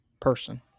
person